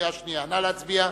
קריאה שנייה.